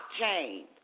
blockchain